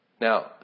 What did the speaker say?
Now